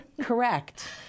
correct